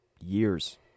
years